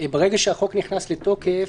ברגע שהחוק נכנס לתוקף